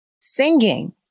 singing